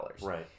Right